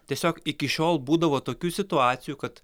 tiesiog iki šiol būdavo tokių situacijų kad